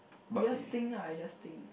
you just think ah I just think